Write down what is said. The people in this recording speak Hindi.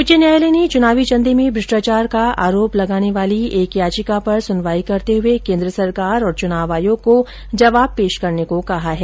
उच्च न्यायालय ने चुनावी चंदे में भ्रष्टाचार का आरोप लगाने वाली एक याचिका पर सुनवाई करते हुए केन्द्र सरकार और चुनाव आयोग को जवाब पेश करने को कहा है